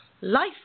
life